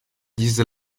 diese